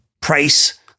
Price